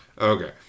Okay